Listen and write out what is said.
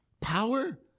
Power